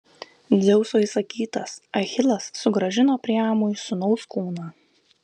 dzeuso įsakytas achilas sugrąžino priamui sūnaus kūną